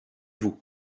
vous